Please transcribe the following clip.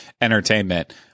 entertainment